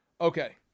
Okay